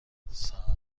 ساعت